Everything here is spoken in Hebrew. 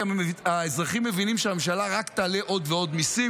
כי האזרחים מבינים שהממשלה רק תעלה עוד ועוד מיסים,